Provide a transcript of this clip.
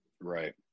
Right